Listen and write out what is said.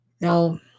Now